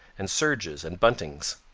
and serges and buntings.